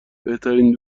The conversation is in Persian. بهترین